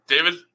David